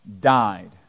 died